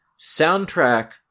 soundtrack